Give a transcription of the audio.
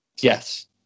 yes